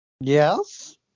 Yes